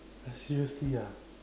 !huh! seriously ah